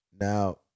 Now